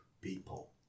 people